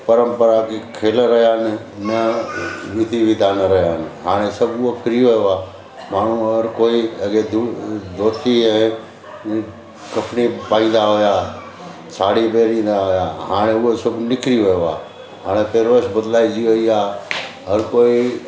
परंपरा जे खेल रहिया आहिनि न विधि विधान रहिया आहिनि हाणे सभु उहो फ्री वियो आहे माण्हू अगरि कोई अॻिए दोस्ती ऐं कपणी पाईंदा हुआ साड़ी वेड़ींदा हुआ हाणे उहे सभु निकिरी वियो आहे हाणे परवरिश बदलाइजी वई आहे हर कोई